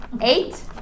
eight